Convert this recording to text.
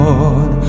Lord